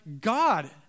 God